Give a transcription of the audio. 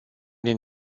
din